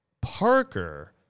Parker